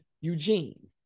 Eugene